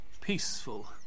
Peaceful